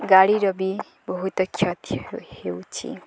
ଗାଡ଼ିର ବି ବହୁତ କ୍ଷତି ହେଉଛି